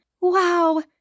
Wow